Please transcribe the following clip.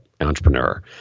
entrepreneur